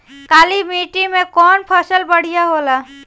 काली माटी मै कवन फसल बढ़िया होला?